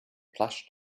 plush